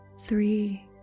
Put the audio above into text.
Three